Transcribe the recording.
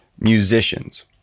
Musicians